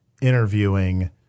interviewing